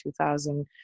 2000